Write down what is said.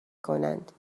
کنند